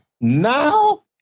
Now